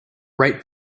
write